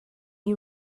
you